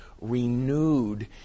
renewed